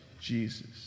Jesus